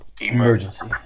Emergency